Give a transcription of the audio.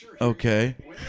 Okay